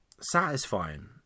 satisfying